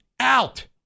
out